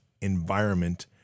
Environment